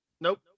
nope